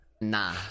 Nah